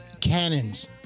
cannons